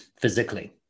physically